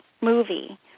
movie